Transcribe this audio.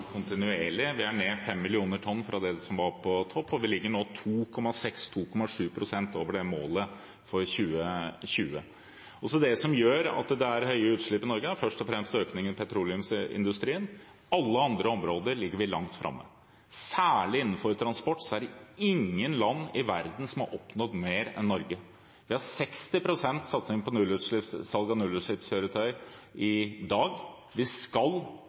kontinuerlig. Vi er ned 5 millioner tonn fra det som var toppnivået, og vi ligger nå 2,6–2,7 pst. over målet for 2020. Det som gjør at det er høye utslipp i Norge, er først og fremst økningen i petroleumsindustrien. På alle andre områder ligger vi langt framme. Særlig innenfor transport er det ingen land i verden som har oppnådd mer enn Norge. Vi har i dag 60 pst. satsing på salg av nullutslippskjøretøy. Vi skal